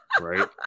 right